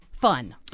Fun